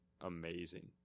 amazing